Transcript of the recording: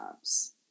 jobs